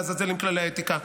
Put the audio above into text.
ולעזאזל עם תנאי האתיקה,